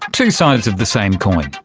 two sides of the same coin.